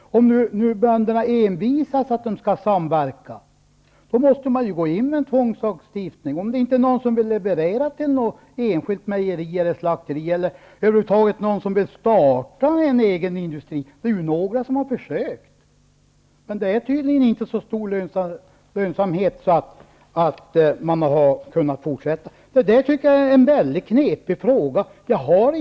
Om nu bönderna envisas med att de skall samverka måste man gå in med en tvångslagstiftning. Om det inte är någon som vill leverera till ett enskilt mejeri eller slakteri måste man gripa in. Det finns över huvud taget ingen som vill starta en egen industri. Det är ju några som försökt, men det är tydligen inte så stor lönsamhet att man har kunnat fortsätta. Detta är en mycket knepig fråga. Jag har